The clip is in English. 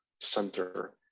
center